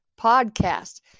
podcast